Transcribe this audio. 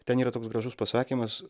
ten yra toks gražus pasakymas